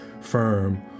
firm